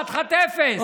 חתיכת אפס.